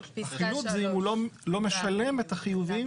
החילוט זה אם הוא לא משלם את החיובים.